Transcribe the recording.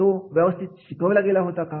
तो व्यवस्थित शिकवला गेला होता का